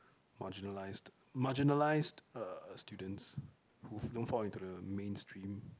marginalised marginalised uh students who don't fall into the main stream